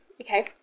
Okay